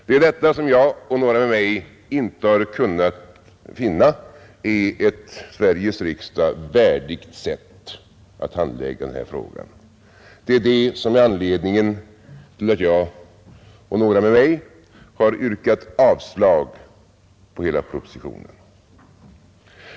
Det är detta som jag och några med mig inte kunnat finna är ett Sveriges riksdag värdigt sätt att handlägga den här frågan. Det är det som är anledningen till att jag och några med mig yrkat avslag på hela propositionen.